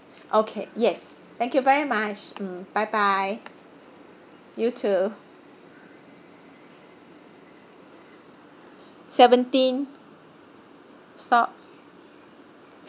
okay yes thank you very much mm bye bye you too seventeen stop